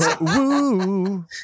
Woo